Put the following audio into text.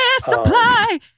Supply